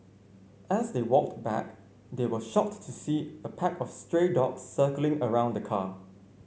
as they walked back they were shocked to see a pack of stray dogs circling around the car